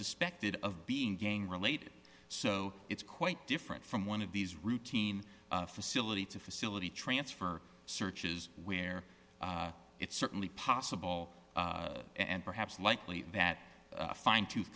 suspected of being gang related so it's quite different from one of these routine facility to facility transfer searches where it's certainly possible and perhaps likely that a fine tooth